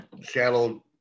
shallow